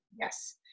Yes